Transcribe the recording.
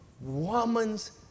woman's